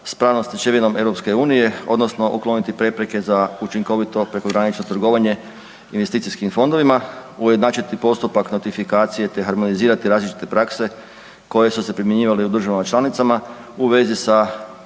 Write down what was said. s pravnom stečevinom EU odnosno ukloniti prepreke za učinkovito prekogranično trgovanje investicijskih fondovima, ujednačiti postupak notifikacije te harmonizirati različite prakse koje su se primjenjivale u državama članicama u vezi sa